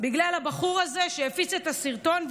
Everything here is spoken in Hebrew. בגלל הבחור הזה שהפיץ את הסרטון.